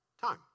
time